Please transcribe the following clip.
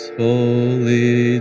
holy